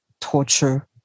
torture